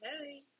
Hey